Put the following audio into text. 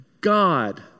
God